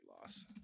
loss